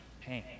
pain